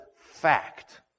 fact